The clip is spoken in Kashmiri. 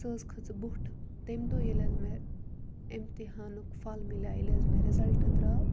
سۄ حظ کھٔژ بوٚٹھ تمہِ دۄہ ییٚلہِ حظ مےٚ اِمتِحانُک پھل مِلیو ییٚلہِ حظ مےٚ رِزلٹ درٛاو